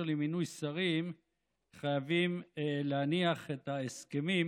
למינוי שרים חייבים להניח את ההסכמים